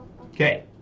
Okay